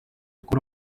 kubura